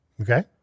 Okay